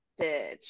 bitch